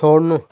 छोड्नु